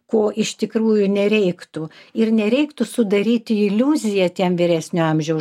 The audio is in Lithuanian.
ko iš tikrųjų nereiktų ir nereiktų sudaryti iliuziją tiem vyresnio amžiaus